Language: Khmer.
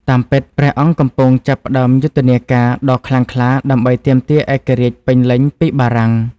តាមពិត ព្រះអង្គកំពុងចាប់ផ្ដើមយុទ្ធនាការដ៏ខ្លាំងក្លាដើម្បីទាមទារឯករាជ្យពេញលេញពីបារាំង។